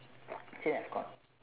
actually I've got